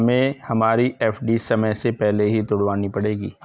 हमें हमारी एफ.डी समय से पहले ही तुड़वानी पड़ेगी